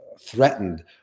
threatened